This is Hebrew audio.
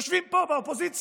יושבים פה באופוזיציה.